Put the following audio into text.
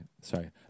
Sorry